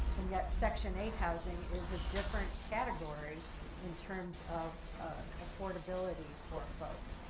and yet section eight housing is a different category in terms of affordability for folks.